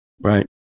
Right